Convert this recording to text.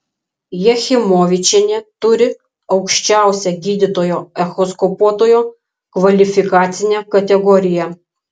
jachimovičienė turi aukščiausią gydytojo echoskopuotojo kvalifikacinę kategoriją